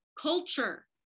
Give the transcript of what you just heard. culture